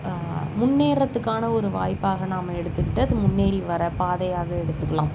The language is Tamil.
முன்னேறுறத்துக்கான ஒரு வாய்ப்பாக நாம் எடுத்துக்கிட்டு அது முன்னேறி வர பாதையாக எடுத்துக்கலாம்